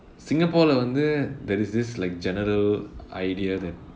singapore leh வந்து:vanthu there is this like general idea that